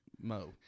mo